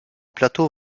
plateau